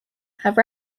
have